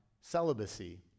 celibacy